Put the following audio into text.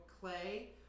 clay